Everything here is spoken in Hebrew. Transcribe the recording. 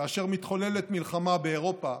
כאשר מתחוללת מלחמה באירופה,